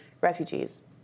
refugees